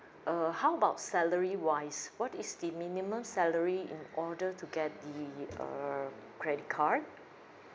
err how about salary wise what is the minimum salary in order to get the err credit card